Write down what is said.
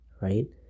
right